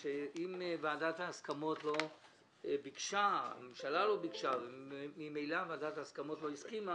אם ועדת ההסכמות לא ביקשה וממילא לא הסכימה,